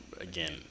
again